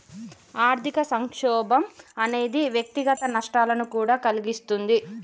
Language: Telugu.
ఆర్థిక సంక్షోభం అనేది వ్యక్తిగత నష్టాలను కూడా కలిగిస్తుంది